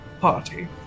party